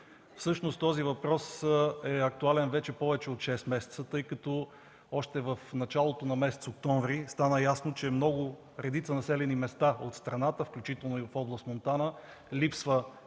Всъщност този въпрос е актуален вече повече от шест месеца, тъй като още в началото на месец октомври стана ясно, че в редица населени места от страната, включително и от област Монтана, липсва цифров